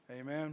amen